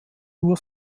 nur